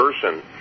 person